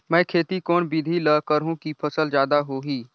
मै खेती कोन बिधी ल करहु कि फसल जादा होही